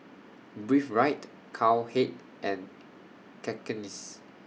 Breathe Right Cowhead and Cakenis